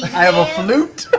i have a flute.